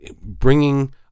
bringing